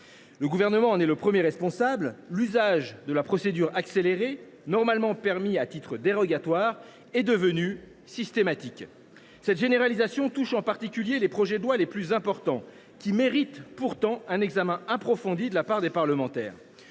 le Gouvernement en est le premier responsable : l’usage de la procédure accélérée, normalement permis à titre dérogatoire, est devenu systématique. Cette généralisation touche en particulier les projets de loi les plus importants, qui méritent pourtant un examen approfondi de la part des parlementaires.